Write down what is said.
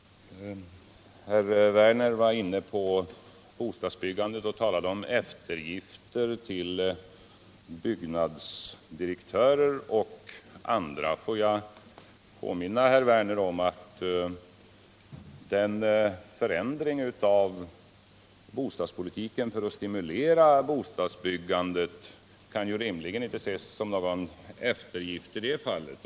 Lars Werner var inne på frågan om bostadsbyggandet och talade om eftergifter till byggnadsdirektörer och andra. Får jag påminna Lars Werner om att en förändring av bostadspolitiken för att stimulera bostadsbyggandet ju inte rimligen kan ses som någon eftergift i det fallet.